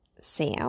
Sam